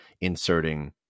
inserting